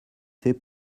fait